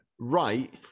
right